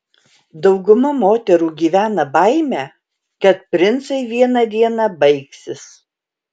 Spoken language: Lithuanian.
dauguma moterų gyvena baime kad princai vieną dieną baigsis